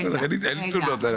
בסדר, אין לי תלונות.